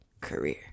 career